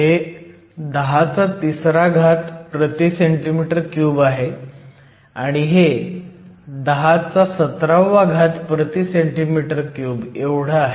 हे 103 cm 3 आहे आणि हे 1017 cm 3 आहे